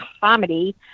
comedy